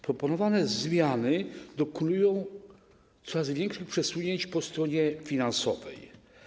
Proponowane zmiany dokonują coraz większych przesunięć po stronie finansowej.